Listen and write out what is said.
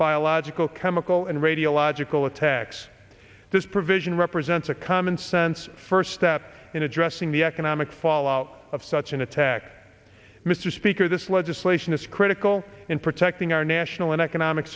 biological chemical and radiological attacks this provision represents a commonsense first step in addressing the economic fallout of such an attack mr speaker this legislation is critical in protecting our national and economic